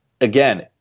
again